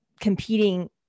competing